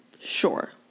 sure